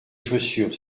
chaussures